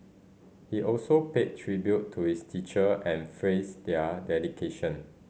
he also paid tribute to his teacher and frees their dedication